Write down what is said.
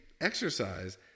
exercise